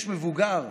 יש מבוגר,